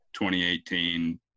2018